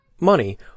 Money